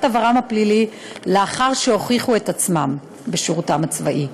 עברם הפלילי לאחר שהוכיחו את עצמם בשירותם הצבאי.